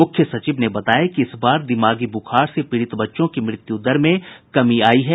मुख्य सचिव ने बताया कि इस बार दिमागी ब्रखार से पीड़ित बच्चों की मृत्यू दर में कमी आई है